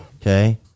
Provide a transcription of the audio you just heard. Okay